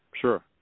Sure